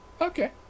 Okay